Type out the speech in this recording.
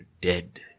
dead